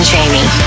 Jamie